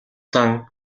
зан